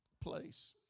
place